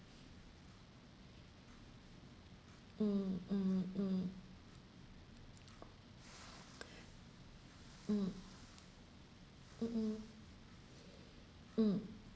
mm mm mm mm mm mm mm